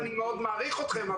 לכן אני מאוד מעריך אתכם,